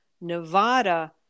Nevada